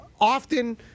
often